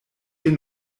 hier